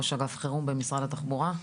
ראש אגף חירום במשרד התחבורה.